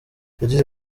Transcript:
yagize